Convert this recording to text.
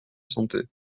santé